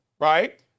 Right